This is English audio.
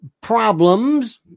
problems